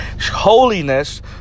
holiness